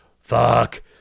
fuck